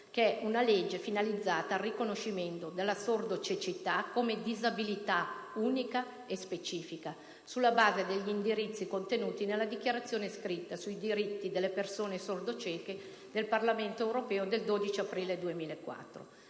550 e 918, finalizzato al riconoscimento della sordocecità come disabilità unica e specifica, sulla base degli indirizzi contenuti nella Dichiarazione scritta sui diritti delle persone sordocieche, approvata il 12 aprile 2004